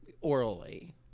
orally